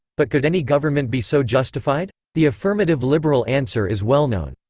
but could any government be so justified? the affirmative liberal answer is well-known.